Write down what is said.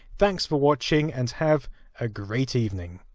thanks for watching, and have a great evening.